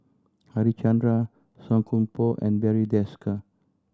Harichandra Song Koon Poh and Barry Desker